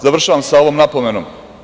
Završavam sa ovom napomenom.